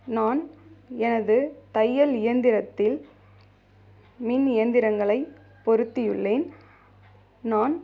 நான் எனது தையல் இயந்திரத்தில் மின் இயந்திரங்களை பொருத்தியுள்ளேன் நான்